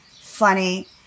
funny